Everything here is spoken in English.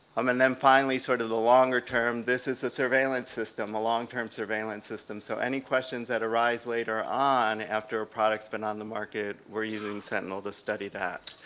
um and then finally sort of the longer-term this is a surveillance system a long-term surveillance system. so any questions that arise later on after a product's been on the market we're using sentinel to study that.